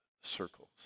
circles